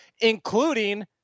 including –